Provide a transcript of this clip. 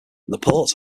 laporte